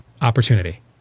opportunity